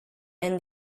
and